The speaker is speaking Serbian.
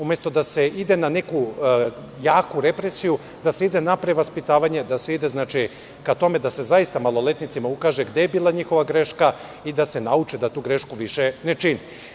Umesto da se ide na neku jaku represiju, da se ide na prevaspitavanje, da se ide ka tome da se zaista maloletnicima ukaže gde je bila njihova greška i da se nauče da tu grešku više ne čine.